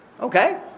Okay